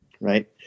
Right